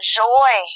joy